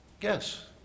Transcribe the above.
Yes